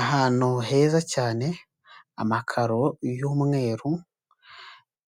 Ahantu heza cyane, amakaro y'umweru,